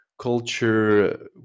culture